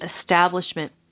establishment